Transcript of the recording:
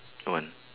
on